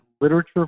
literature